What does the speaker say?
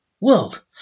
world